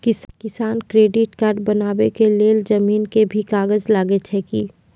किसान credit card बनबा के लेल जमीन के भी कागज लागै छै कि?